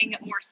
more